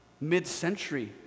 mid-century